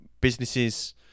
businesses